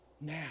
now